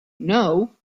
know